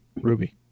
Ruby